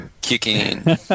kicking